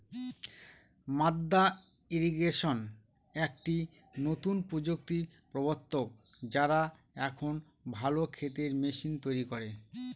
মাদ্দা ইরিগেশন একটি নতুন প্রযুক্তির প্রবর্তক, যারা এখন ভালো ক্ষেতের মেশিন তৈরী করে